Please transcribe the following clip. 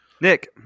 Nick